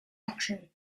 auction